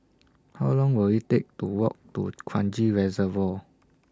How Long Will IT Take to Walk to Kranji Reservoir